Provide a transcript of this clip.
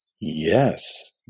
Yes